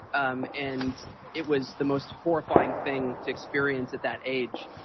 um and it was the most horrifying thing to experience at that age.